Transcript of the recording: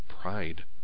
Pride